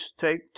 take